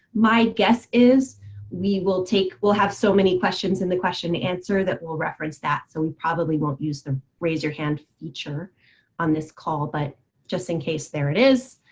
my guess is we will take. we'll have so many questions in the question answer that we'll reference that, so we probably won't use the raise your hand feature on this call but just in case there it is.